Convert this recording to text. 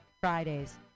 fridays